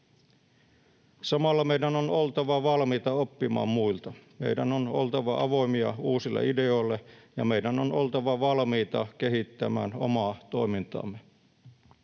Samalla meidän on oltava valmiita oppimaan muilta. Meidän on oltava avoimia uusille ideoille, ja meidän on oltava valmiita kehittämään omaa toimintaamme.